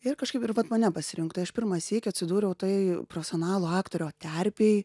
ir kažkaip ir vat mane pasirinko tai aš pirmą sykį atsidūriau tai profesionalo aktorio terpėj